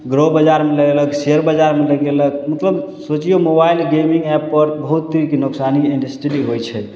grow बजार मे लगेलक शेयर बजार मे लगेलक में एक मतलब सोचियौ मोबाइल गेमिंग एप्प पर बहुत तरह के नुकसाने इन्डस्ट्री के होइ छै